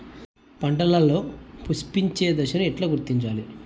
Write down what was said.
పంటలలో పుష్పించే దశను ఎట్లా గుర్తించాలి?